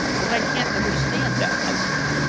but i can't understand that, i said.